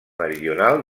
meridional